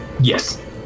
Yes